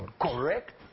Correct